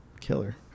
Killer